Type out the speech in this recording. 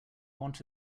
want